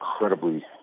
incredibly